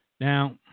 now